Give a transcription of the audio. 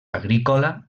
agrícola